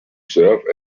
serve